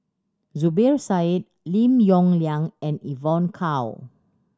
Zubir Said Lim Yong Liang and Evon Kow